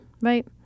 right